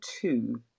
two